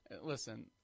Listen